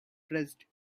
pressed